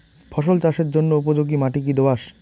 ফসল চাষের জন্য উপযোগি মাটি কী দোআঁশ?